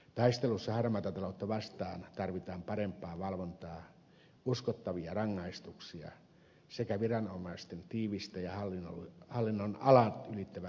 taistelussa harmaata taloutta vastaan tarvitaan parempaa valvontaa uskottavia rangaistuksia sekä viranomaisten tiivistä ja hallinnonalat ylittävää yhteistyötä